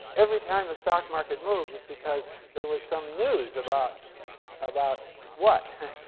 every time the stock market moves it's because there was some news about about what?